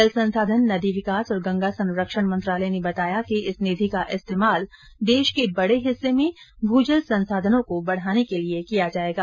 जल संसाधन नदी विकास और गंगा संरक्षण मंत्रालय ने बताया कि इस निधि का इस्तेमाल देश के बड़े हिस्से में भूजल संसाधनों को बढ़ाने के लिए किया जायेगा